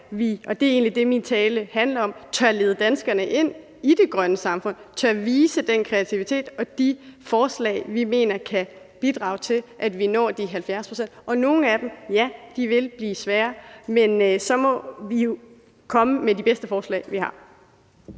og det er egentlig det, min tale handler om – tør lede danskerne ind i det grønne samfund og tør vise den kreativitet og de forslag, vi mener kan bidrage til, at vi når de 70 pct. Og nogle af dem vil blive svære, men så må vi jo komme med de bedste forslag, vi har.